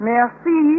Merci